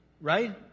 Right